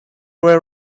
were